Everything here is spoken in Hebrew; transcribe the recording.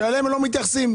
שעליהם הם לא מתייחסים.